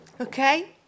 okay